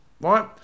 right